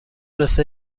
مثل